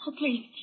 please